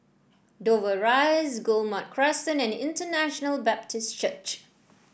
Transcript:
Dover Rise Guillemard Crescent and International Baptist Church